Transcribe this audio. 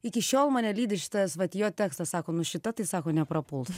iki šiol mane lydi šitas vat jo tekstas sako nu šita tai sako neprapuls